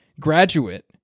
graduate